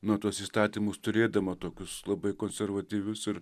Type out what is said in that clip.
na tuos įstatymus turėdama tokius labai konservatyvius ir